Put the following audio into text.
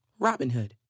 Robinhood